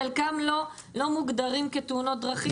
חלקם לא מוגדרים כתאונות דרכים.